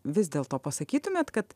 vis dėlto pasakytumėt kad